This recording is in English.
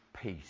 peace